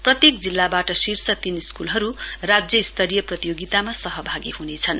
प्रत्येक जिल्लाबाट शीर्ष तीन स्कूलहरू राज्य स्तरीय प्रतियोगितामा सहभागी हनेछन्